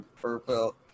purple